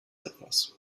etwas